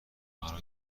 مرا